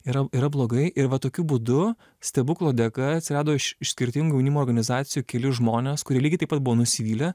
yra yra blogai ir va tokiu būdu stebuklo dėka atsirado iš iš skirtingų jaunimo organizacijų keli žmonės kurie lygiai taip pat buvo nusivylę